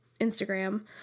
Instagram